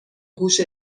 هوش